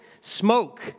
smoke